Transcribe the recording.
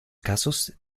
casos